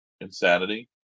insanity